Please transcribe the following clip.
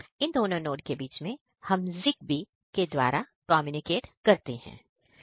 इन दोनों नोड के बीच में हम ZigBee के द्वारा कम्युनिकेट करते हैं